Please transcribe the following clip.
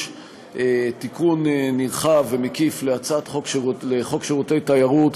תיקון נרחב ומקיף לחוק שירותי תיירות,